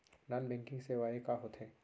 Non banking सेवाएं का होथे?